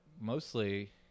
mostly